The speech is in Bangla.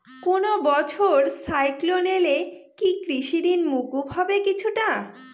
কোনো বছর সাইক্লোন এলে কি কৃষি ঋণ মকুব হবে কিছুটা?